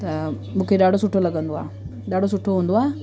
त मूंखे ॾाढो सुठो लॻंदो आहे ॾाढो सुठो हूंदो आहे